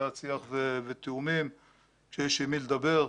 בעד שיח ותיאומים כשיש עם מי לדבר,